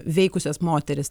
veikusias moteris